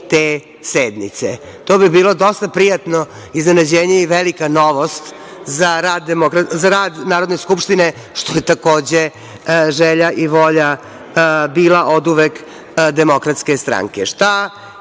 te sednice, to bi bilo dosta prijatno iznenađenje i velika novost za rad Narodne skupštine, što je takođe želja i volja bila oduvek DS. Šta